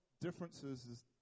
differences